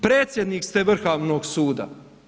Predsjednik ste Vrhovnog suda.